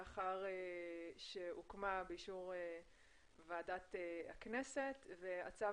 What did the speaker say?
לאחר שהוקמה באישור ועדת הכנסת והצו